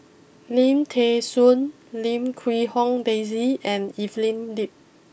Lim Thean Soo Lim Quee Hong Daisy and Evelyn Lip